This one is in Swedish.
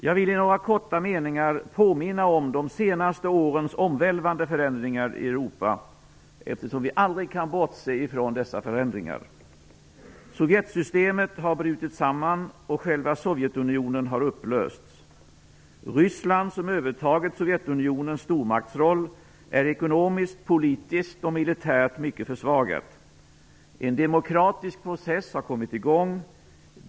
Jag vill i några korta meningar påminna om de senaste årens omvälvande förändringar i Europa, eftersom vi aldrig kan bortse från dessa förändringar. Sovjetsystemet har brutit samman och själva Sovjetunionen har upplösts. Ryssland, som övertagit Sovjetunionens stormaktsroll, är ekonomiskt, politiskt och militärt mycket försvagat. En demokratisk process har kommit igång.